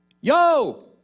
Yo